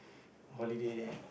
holiday